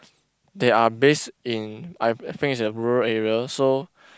they are based in I I think is a rural area so